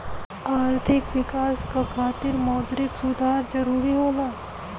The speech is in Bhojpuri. आर्थिक विकास क खातिर मौद्रिक सुधार जरुरी होला